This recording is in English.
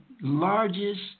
largest